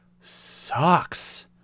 sucks